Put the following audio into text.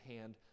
hand